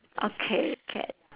okay can